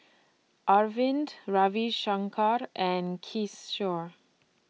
Arvind Ravi Shankar and Kishore